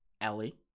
Ellie